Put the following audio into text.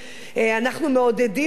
אנחנו מעודדים ילודה,